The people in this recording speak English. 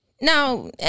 Now